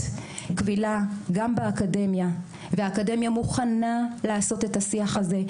קבילה גם באקדמיה והאקדמיה מוכנה לעשות את השיח הזה.